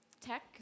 tech